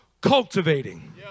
cultivating